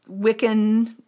Wiccan